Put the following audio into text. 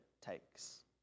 takes